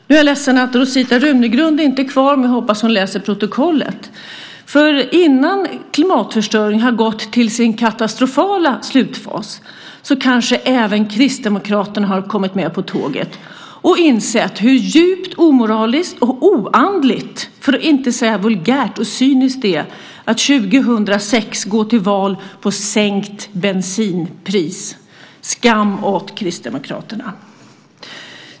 Nu är jag ledsen att Rosita Runegrund inte är kvar, men jag hoppas att hon läser protokollet. Innan klimatförstöringen har gått till sin katastrofala slutfas kanske även Kristdemokraterna har kommit med på tåget och insett hur djupt omoraliskt och oandligt för att inte säga vulgärt och cyniskt det är att 2006 gå till val på sänkt bensinpris. Skam åt Kristdemokraterna!